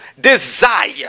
desire